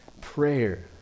Prayer